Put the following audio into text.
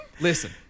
Listen